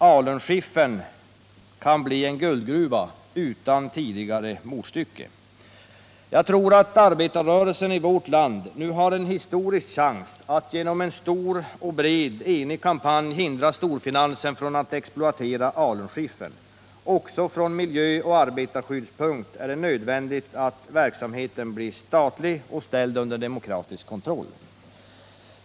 Alunskiffern kan bli en guldgruva utan tidigare motstycke. Arbetarrörelsen i vårt land har, tror jag, nu en historisk chans att genom en stor och enig kampanj hindra storfinansen från att exploatera alunskiffern. Också från miljöoch arbetarskyddssynpunkt är det nödvändigt att verksamheten blir statlig och ställd under demokratisk kontroll.